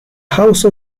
house